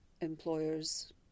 employers